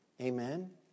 Amen